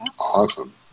Awesome